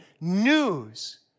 news